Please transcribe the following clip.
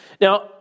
Now